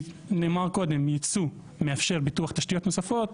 נאמר קודם, ייצוא מאפשר פיתוח תשתיות נוספות.